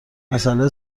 مسئله